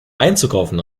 einzukaufen